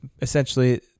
essentially